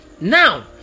Now